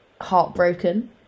heartbroken